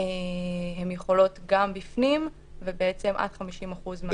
הן יכולות גם בפנים ועד 50 אחוזים.